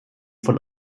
von